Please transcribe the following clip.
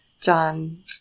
John